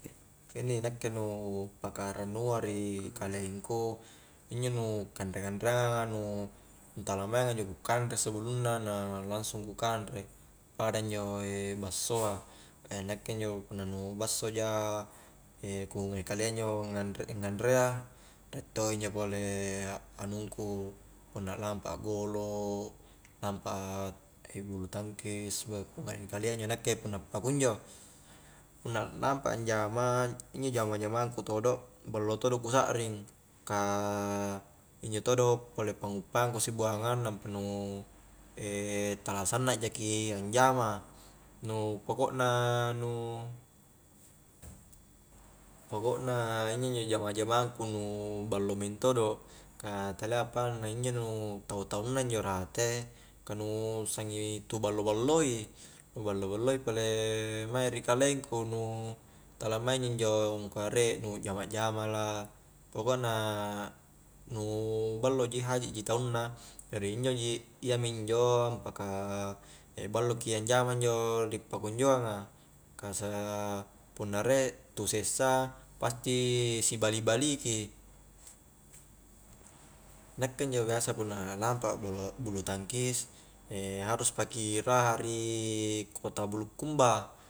Ka inni nakke nu paka rannua ri kalengku injo nu kanre-kanreangang a nu tala mainga injo ku kanre sebelumna na langsung ku kanre pada injo bassoa nakke injo punna nu basso ja ku ngai kalea injo nganre-nganrea riek to injo pole anungku punna lampa akgolo lampa bulutangkis ku ngai kalia injo nakke punna pakunjo punna lampa anjama injo jama-jamangku todo' ballo todo' ku sakring ka injo todo pole pa nguppangku sibuangang nampa nu tala sanna jaki anjama nu pokokna nu pokokna injo-njo jama-jamangku nu ballo mentodo ka talia apanna injo nu tau-taunna injo rate ka nu sangi tu ballo-ballo i nu ballo-balloi pole mae ri kalengku nu tala maing ji injo angkua riek nu jamak-jamala pokokna nu ballo ji haji ji taunna jari injo ji iyaminjo, ampaka ballo ki anjama injo ri pakunjoanga ka sa punna riek tu sessa pasti si bali-bali ki nakke injo biasa punna lampa a bulo-bulu tangkis harus paki raha ri kota bulukumba